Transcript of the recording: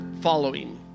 following